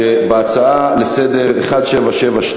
שבהצעה לסדר-היום 1772,